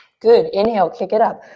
good, inhale, kick it up.